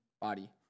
body